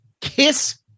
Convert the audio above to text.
kiss